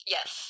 Yes